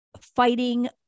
fighting